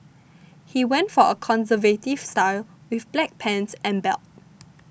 he went for a conservative style with black pants and belt